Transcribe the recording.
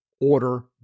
order